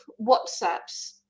whatsapps